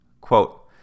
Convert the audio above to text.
Quote